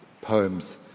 poems